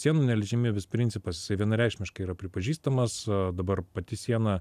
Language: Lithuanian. tai sienų neliečiamybės principas jisai vienareikšmiškai yra pripažįstamas dabar pati siena